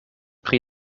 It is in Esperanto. pri